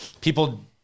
people